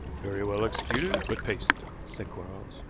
very well executed, but paste, said quarles.